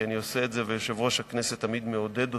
כי אני עושה את זה ויושב-ראש הכנסת תמיד מעודד אותי: